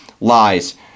lies